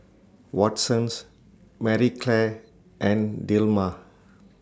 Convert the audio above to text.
Watsons Marie Claire and Dilmah